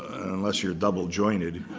unless you're double-jointed,